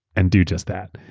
and do just that.